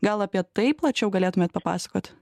gal apie tai plačiau galėtumėt papasakot